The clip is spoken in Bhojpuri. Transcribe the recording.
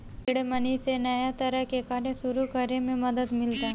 सीड मनी से नया तरह के कार्य सुरू करे में मदद मिलता